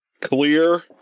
Clear